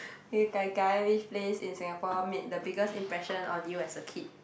hey gai-gai which place in Singapore made the biggest impression on you as a kid